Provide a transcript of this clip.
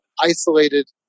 isolated